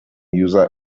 user